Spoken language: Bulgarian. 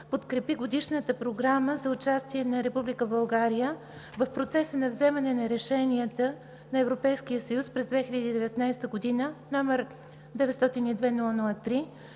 подкрепи Годишна програма за участие на Република България в процеса на вземане на решения на Европейския съюз през 2019 г.,